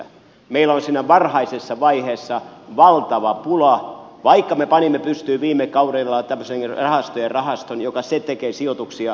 meillä oli siinä varhaisessa vaiheessa valtava pula vaikka me panimme pystyyn viime kaudella tämmöisen rahastojen rahaston joka tekee sijoituksia